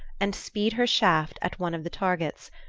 and speed her shaft at one of the targets,